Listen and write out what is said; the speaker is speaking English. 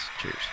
Cheers